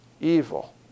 evil